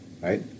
right